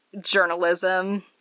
journalism